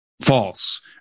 false